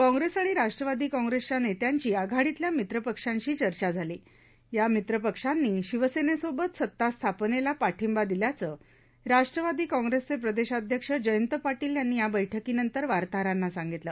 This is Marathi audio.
काँग्रेस आणि राष्ट्रवाद केंग्रेसच्या नेत्यांच आघाडविल्या मित्रपक्षांश केर्चा केला या मित्रपक्षांन शिवसेनेसोबत सत्ता स्थापनेला पाठिंबा दिल्याचं राष्ट्रवादाकिँग्रेसचे प्रदेशाध्यक्ष जयंत पाटलि यांना विंठकीनंतर वार्ताहरांना सांगितलं